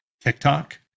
TikTok